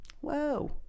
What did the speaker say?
Whoa